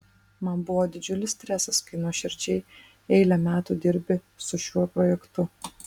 man buvo didžiulis stresas kai nuoširdžiai eilę metų dirbi su šiuo projektu